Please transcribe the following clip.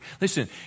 Listen